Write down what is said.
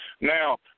now